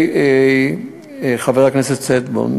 חבר הכנסת שטבון,